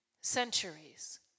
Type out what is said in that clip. Centuries